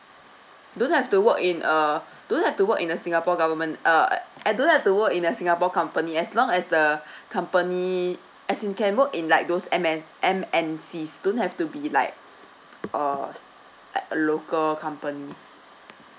don't have to work in err don't have to work in a singapore government uh and don't have to work in a singapore company as long as the company as you can work in like those M and M N Cs don't have to be like uh like a local company